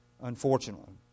unfortunately